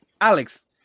Alex